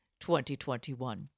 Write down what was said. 2021